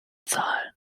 zahlen